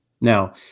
Now